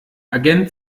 agent